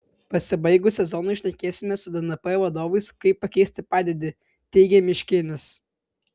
pasibaigus sezonui šnekėsime su dnp vadovais kaip pakeisti padėtį teigia miškinis